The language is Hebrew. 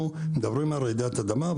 אנחנו מדברים על רעידת אדמה.